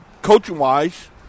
coaching-wise